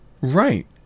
Right